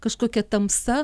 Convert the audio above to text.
kažkokia tamsa